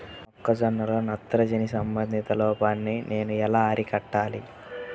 మొక్క జొన్నలో నత్రజని సంబంధిత లోపాన్ని నేను ఎలా అరికట్టాలి?